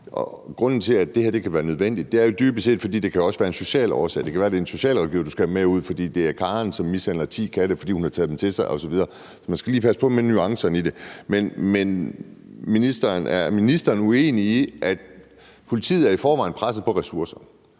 grunden til, at det her kan være nødvendigt, er jo dybest set, at det også kan være af en social årsag; det kan være, det er en socialrådgiver, du skal have med ud, fordi det er Karen, som mishandler ti katte, fordi hun har taget dem til sig osv. Så man skal lige passe på med nuancerne i det. Men jeg har noget, jeg vil høre om ministeren er uenig i. Politiet er i forvejen presset på ressourcer,